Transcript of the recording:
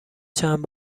چند